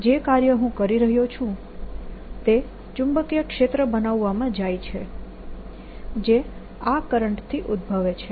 અને જે કાર્ય હું કરી રહ્યો છું તે ચુંબકીય ક્ષેત્ર બનાવવામાં જાય છે જે આ કરંટથી ઉદભવે છે